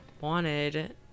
wanted